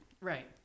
Right